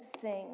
sing